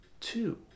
two